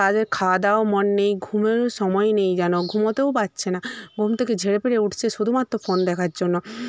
তাদের খাওয়া দাওয়াও মন নেই ঘুমের সময় নেই যেন ঘুমোতেও পাচ্ছে না ঘুম থেকে ঝেড়ে ফেড়ে উঠছে শুধুমাত্র ফোন দেখার জন্য